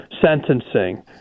sentencing